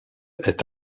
est